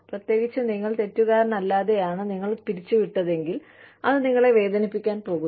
പ്രത്യേകിച്ച് നിങ്ങൾ തെറ്റുകാരനല്ലാതെയാണ് നിങ്ങളെ പിരിച്ചുവിട്ടതെങ്കിൽ അത് നിങ്ങളെ വേദനിപ്പിക്കാൻ പോകുന്നു